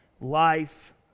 life